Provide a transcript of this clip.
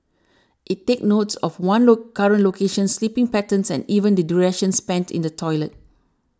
it takes note of one's low current location sleeping patterns and even the duration spent in the toilet